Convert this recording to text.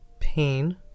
pain